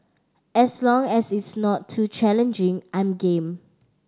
as long as it's not too challenging I'm game